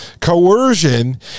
coercion